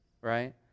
right